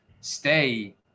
stay